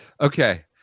Okay